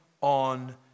on